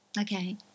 Okay